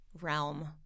realm